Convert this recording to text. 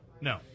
No